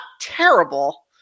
terrible